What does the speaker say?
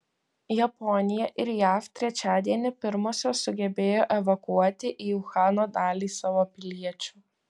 japonija ir jav trečiadienį pirmosios sugebėjo evakuoti į uhano dalį savo piliečių